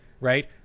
Right